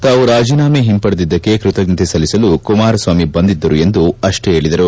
ತಾವು ರಾಜೀನಾಮೆ ಹಿಂಪಡೆದಿದಕ್ಕೆ ಕೃತಜ್ವತೆ ಸಲ್ಲಿಸಲು ಕುಮಾರಸ್ವಾಮಿ ಬಂದಿದ್ದರು ಅಷ್ಟೇ ಎಂದರು